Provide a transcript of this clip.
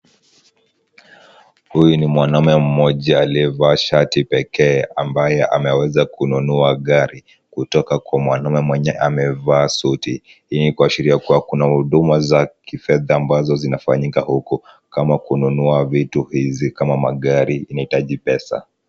Huyu ni mwanaume mmoja aliyevaa shati pekee ambaye ameweza kununua gari kutoka kwa mwanaume mwenye amevaa suti. Hii ni kuashiria kuwa kuna huduma za kifedha ambazo zinafanyika huko kama kununua vitu hizi kama magari inahitaji pesa.